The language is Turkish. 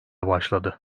başladı